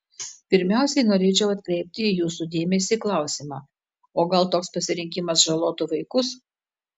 pirmiausiai norėčiau atkreipti jūsų dėmesį į klausimą o gal toks pasirinkimas žalotų vaikus